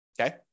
Okay